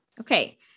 okay